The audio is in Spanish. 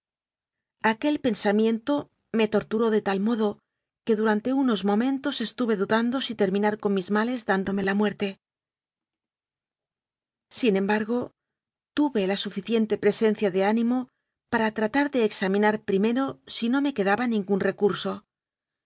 aquel pensamiento me torturó de tal modo que durante unos momentos estuve dudando si terminar con mis males dándome la muerte sin embargo tuve la suficiente presencia de ánimo para tratar de examinar primero si no me quedaba ningún recurso